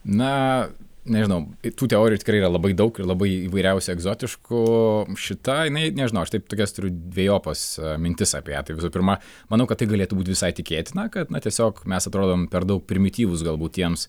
na nežinau tų teorijų tikrai yra labai daug ir labai įvairiausių egzotiškų šita jinai nežinau aš taip tokias turiu dvejopas mintis apie tai visų pirma manau kad tai galėtų būt visai tikėtina kad na tiesiog mes atrodom per daug primityvūs galbūt tiems